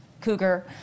cougar